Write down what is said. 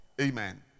Amen